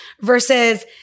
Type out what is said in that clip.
versus